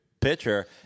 pitcher